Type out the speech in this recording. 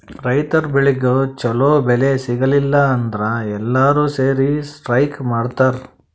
ರೈತರ್ ಬೆಳಿಗ್ ಛಲೋ ಬೆಲೆ ಸಿಗಲಿಲ್ಲ ಅಂದ್ರ ಎಲ್ಲಾರ್ ಸೇರಿ ಸ್ಟ್ರೈಕ್ ಮಾಡ್ತರ್